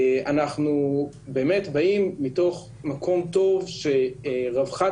אנחנו באמת באים מתוך מקום טוב שרווחת